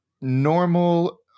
normal